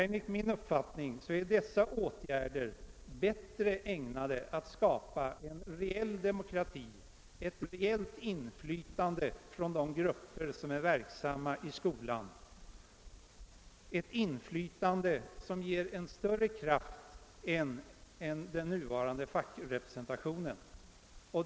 Enligt min uppfattning är dessa åtgärder bättre ägnade att skapa en reell demokrati, ett reellt inflytande från de grupper som är verksamma i skolan, ett inflytande som ger en större kraft än den nuvarande fackrepresentationen.